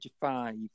five